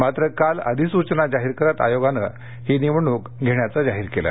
मात्र काल अधिसूचना जाहीर करत आयोगाने ही निवडणूक घेण्याचं जाहीर केलं